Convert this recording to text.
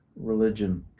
religion